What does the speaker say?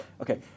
okay